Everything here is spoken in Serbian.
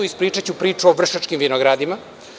Ispričaću priču o Vršačkim vinogradima.